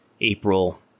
April